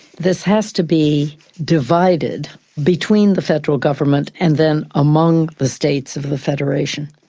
this has to be divided between the federal government, and then among the states of the federation.